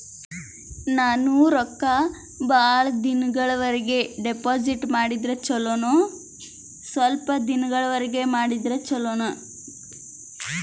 ನಾನು ರೊಕ್ಕ ಬಹಳ ದಿನಗಳವರೆಗೆ ಡಿಪಾಜಿಟ್ ಮಾಡಿದ್ರ ಚೊಲೋನ ಸ್ವಲ್ಪ ದಿನಗಳವರೆಗೆ ಮಾಡಿದ್ರಾ ಚೊಲೋನ?